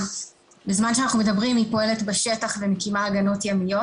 בזמן שאנחנו מדברים החברה פועלת בשטח ומקימה הגנות ימיות.